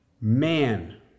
Man